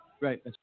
Right